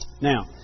Now